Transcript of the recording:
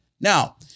Now